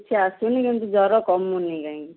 କିଛି ଆସୁନି କିନ୍ତୁ ଜ୍ୱର କମୁନି କାହିଁକି